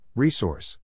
Resource